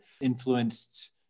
influenced